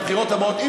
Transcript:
בבחירות הבאות,